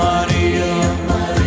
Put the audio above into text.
Maria